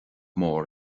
mór